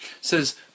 says